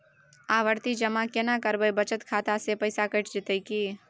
आवर्ति जमा केना करबे बचत खाता से पैसा कैट जेतै की?